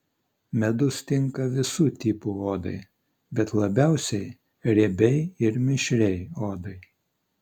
medus tinka visų tipų odai bet labiausiai riebiai ir mišriai odai